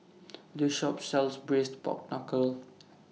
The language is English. This Shop sells Braised Pork Knuckle